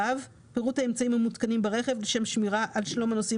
פירוט האמצעים המותקנים ברכב לשם שמירה על שלום הנוסעים